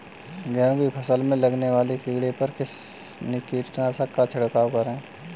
गेहूँ की फसल में लगने वाले कीड़े पर किस कीटनाशक का छिड़काव करें?